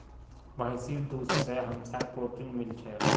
भैंसीर दूध से हमसाक् प्रोटीन मिल छे